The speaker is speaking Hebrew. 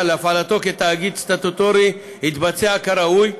להפעלתו כתאגיד סטטוטורי יתבצע כראוי,